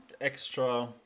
extra